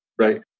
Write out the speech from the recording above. right